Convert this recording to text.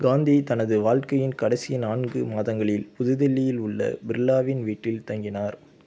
காந்தி தனது வாழ்க்கையின் கடைசி நான்கு மாதங்களில் புதுடெல்லியில் உள்ள பிர்லாவின் வீட்டில் தங்கினார்